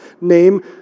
name